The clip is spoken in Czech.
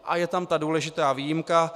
A je tam ta důležitá výjimka.